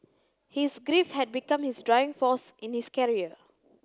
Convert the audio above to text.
his grief had become his driving force in his career